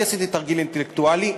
אני עשיתי תרגיל אינטלקטואלי,